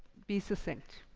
be succinct.